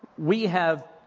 we have.